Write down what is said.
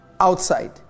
outside